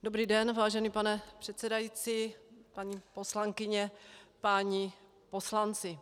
Dobrý den vážený pane předsedající, paní poslankyně, páni poslanci.